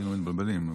היינו מתבלבלים.